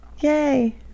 Yay